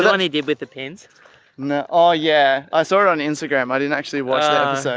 so and he did with the pins now. oh yeah, i saw it on instagram. i didn't actually watch so